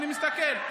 אני מסתכל.